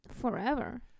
Forever